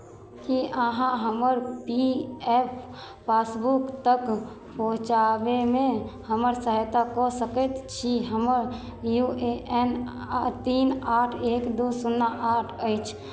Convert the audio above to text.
की अहाँ हमर P F passbook तक पहुँचाबयमे हमर सहायता कऽ सकैत छी हमर यू ए एन आ तीन आठ एक दू शुन्ना आठ अछि